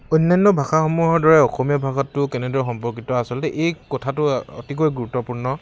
অনান্য ভাষাসমূহৰ দৰে অসমীয়া ভাষাটো কেনেদৰে সম্পৰ্কিত আচলতে এই কথাটো অতিকৈ গুৰুত্বপূৰ্ণ